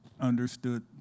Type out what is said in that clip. understood